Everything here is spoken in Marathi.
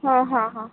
हं हां हां